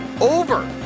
over